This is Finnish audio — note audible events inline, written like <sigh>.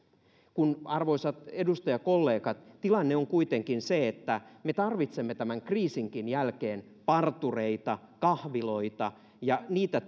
kun arvoisat edustajakollegat tilanne on kuitenkin se että me tarvitsemme tämän kriisinkin jälkeen partureita kahviloita ja niitä <unintelligible>